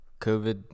COVID